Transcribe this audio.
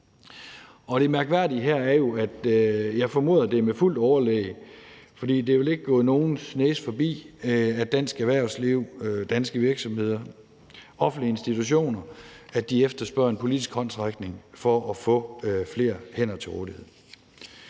Det mærkværdige her er jo, at jeg formoder, at det er med fuldt overlæg, for det er vel ikke gået nogens næse forbi, at dansk erhvervsliv, danske virksomheder og offentlige institutioner efterspørger en politisk håndsrækning for at få flere hænder til rådighed.